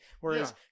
whereas